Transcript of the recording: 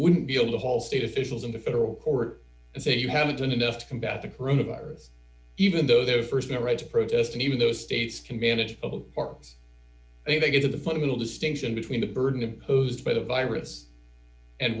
wouldn't be able to haul state officials into federal court and say you haven't done enough to combat the coronavirus even though there st no right to protest and even those states can manage public parks a they get of the fundamental distinction between the burden imposed by the virus and